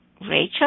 Rachel